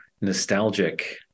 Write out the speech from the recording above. nostalgic